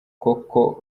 koko